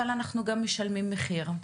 אבל אנחנו גם משלמים מחיר.